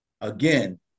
Again